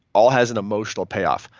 all has an emotional payoff.